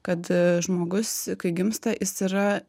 kad žmogus kai gimsta jis yra